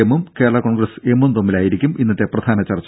എമ്മും കേരള കോൺഗ്രസ് എമ്മും തമ്മിലായിരിക്കും ഇന്നത്തെ പ്രധാന ചർച്ച